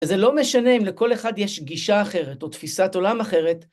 אז זה לא משנה אם לכל אחד יש גישה אחרת או תפיסת עולם אחרת.